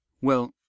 Well